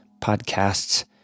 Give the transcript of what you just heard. podcasts